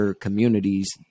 communities